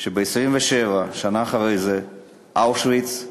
שב-27 בשנה שאחרי זה אושוויץ שוחררה,